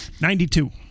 Ninety-two